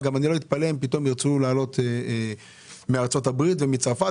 אני גם לא אתפלא אם פתאום ירצו לעלות מארצות הברית ומצרפת.